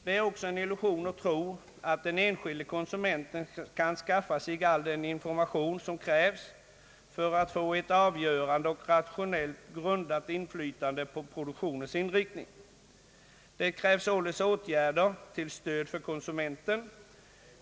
Det är också en illusion att tro att den enskilde konsumenten kan skaffa sig all den information som krävs för att få ett avgörande och rationellt grundat inflytande på produktionens inriktning. Det krävs således åtgärder till stöd för konsumenten.